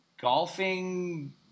golfing